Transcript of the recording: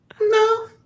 No